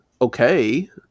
okay